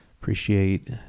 appreciate